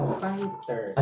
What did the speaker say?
fighter